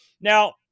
Now